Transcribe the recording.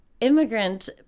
immigrant